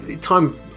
time